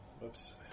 Whoops